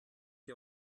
ihr